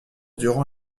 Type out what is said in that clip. durant